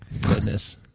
Goodness